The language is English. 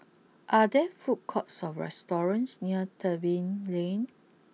are there food courts or restaurants near Tebing Lane